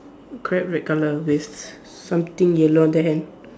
crab red color with something yellow on the hand